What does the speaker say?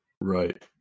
Right